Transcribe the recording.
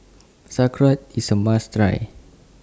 Sauerkraut IS A must Try